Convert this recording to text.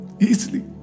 Easily